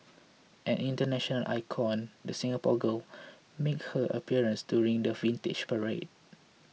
an international icon the Singapore girl makes her appearance during the Vintage Parade